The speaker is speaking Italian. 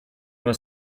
una